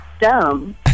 dumb